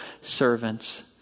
servants